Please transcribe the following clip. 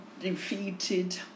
defeated